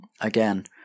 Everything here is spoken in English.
Again